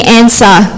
answer